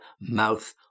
mouth